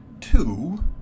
two